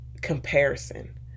comparison